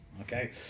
okay